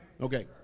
Okay